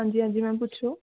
ਹਾਂਜੀ ਹਾਂਜੀ ਮੈਮ ਪੁੱਛੋ